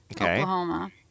Oklahoma